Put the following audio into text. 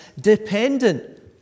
dependent